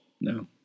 No